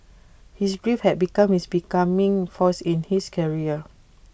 his grief had become his becoming force in his career